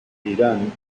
irán